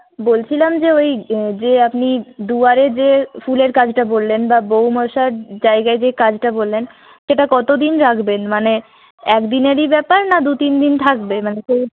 বলছিলাম যে ওই যে আপনি দুয়ারে যে ফুলের কাজটা বললেন বা বউ বসার জায়গায় যে কাজটা বললেন সেটা কতদিন রাখবেন মানে একদিনেরই ব্যাপার না দু তিন দিন থাকবে মানে সেই